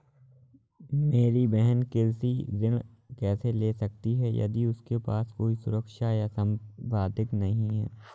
मेरी बहिन कृषि ऋण कैसे ले सकती है यदि उसके पास कोई सुरक्षा या संपार्श्विक नहीं है?